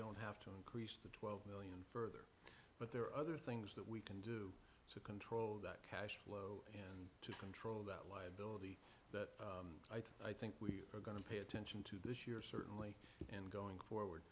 don't have to increase the twelve million further but there are other things that we can do to control that cash flow to control that like that i think we are going to pay attention to this year certainly and going forward